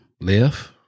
Left